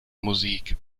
musik